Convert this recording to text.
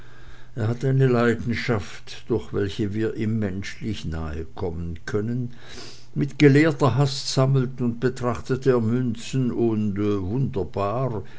er hat eine leidenschaft durch welche wir ihm menschlich nahekommen können mit gelehrter hast sammelt und betrachtet er münzen und wunderbar